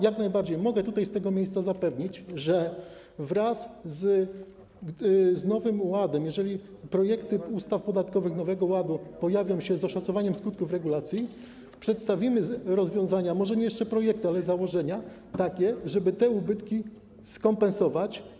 Jak najbardziej mogę z tego miejsca zapewnić, że wraz z Nowym Ładem, jeżeli projekty ustaw podatkowych Nowego Ładu pojawią się z oszacowaniem skutków regulacji, przedstawimy rozwiązania, może jeszcze nie projekt, ale takie założenia, żeby te ubytki skompensować.